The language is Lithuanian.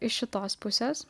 iš šitos pusės